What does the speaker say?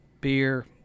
beer